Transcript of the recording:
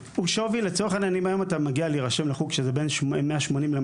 שאנחנו מנגישים את הספורט לאותם אנשים מיוחדים,